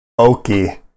okie